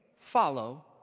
follow